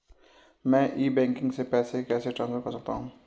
मैं e banking से पैसे कैसे ट्रांसफर कर सकता हूं?